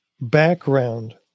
background